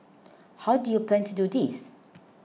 how do you plan to do this